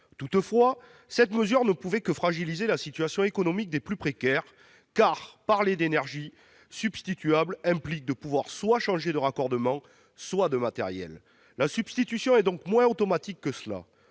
Toutefois, la mesure ne pouvait que fragiliser la situation économique des plus précaires, car parler d'énergie substituable implique de pouvoir changer soit de raccordement, soit de matériel. La substitution est donc moins automatique qu'il